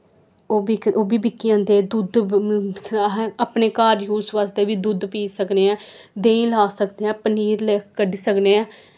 ओह् बिकी ओह् बी बिकी जंदे दुद्ध अस अपने घर बास्तै बी दुद्ध पी सकने ऐ देहीं ला सकदे ऐ पनीर कड्ढी सकने आं